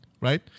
right